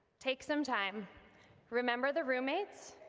take some time remember the roommates,